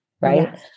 Right